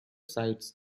sites